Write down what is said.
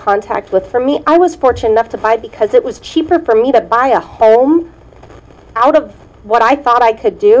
contact with for me i was fortunate enough to buy because it was cheaper for me to buy a home out of what i thought i could do